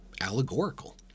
allegorical